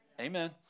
Amen